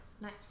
nice